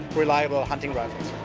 reliable hunting rifles.